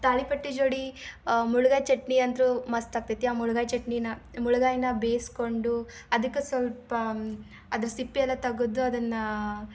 ತಾಳಿಪಟ್ಟು ಜೋಡಿ ಮುಳಗಾಯಿ ಚಟ್ನಿ ಅಂತೂ ಮಸ್ತ್ ಆಗ್ತೈತಿ ಆ ಮುಳಗಾಯಿ ಚಟ್ನಿನ ಮುಳ್ಗಾಯನ್ನ ಬೇಯಿಸಿಕೊಂಡು ಅದಕ್ಕೆ ಸ್ವಲ್ಪ ಅದ್ರ ಸಿಪ್ಪೆಯೆಲ್ಲ ತಗುದು ಅದನ್ನು